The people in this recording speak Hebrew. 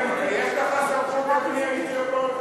יש לך סמכות, אדוני היושב-ראש?